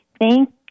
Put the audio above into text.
thank